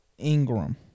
Ingram